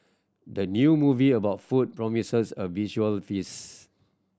the new movie about food promises a visual feast